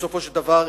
בסופו של דבר,